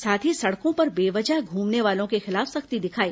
साथ ही सड़कों पर बेवजह घूमने वालों के खिलाफ सख्ती दिखाई